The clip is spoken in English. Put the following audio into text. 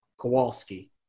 Kowalski